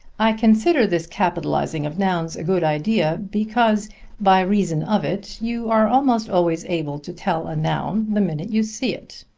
i consider this capitalizing of nouns a good idea, because by reason of it you are almost always able to tell a noun the minute you see it.